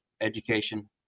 education